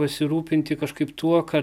pasirūpinti kažkaip tuo kad